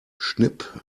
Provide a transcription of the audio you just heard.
schnipp